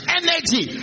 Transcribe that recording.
energy